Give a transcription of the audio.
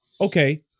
okay